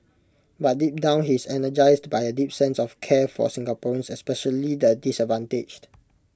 but deep down he is energised by A deep sense of care for Singaporeans especially the disadvantaged